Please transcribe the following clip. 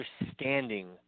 understanding